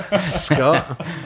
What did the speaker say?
Scott